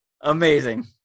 Amazing